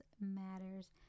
matters